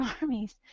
armies